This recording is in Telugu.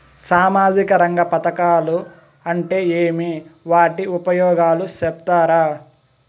సామాజిక రంగ పథకాలు అంటే ఏమి? వాటి ఉపయోగాలు సెప్తారా?